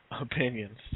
opinions